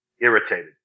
irritated